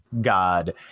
god